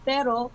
Pero